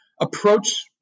approach